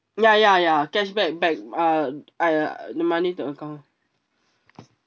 ya ya ya cashback back uh uh ya the money to account